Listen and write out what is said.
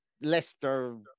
Leicester